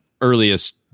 earliest